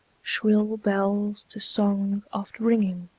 shrill bells to song oft ringing